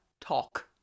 talk